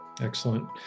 Excellent